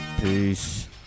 Peace